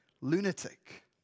lunatic